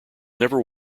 never